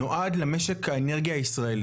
נועד למשק האנרגיה הישראלי.